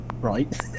right